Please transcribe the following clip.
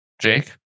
Jake